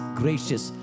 gracious